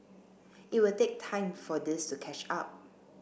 it will take time for this to catch up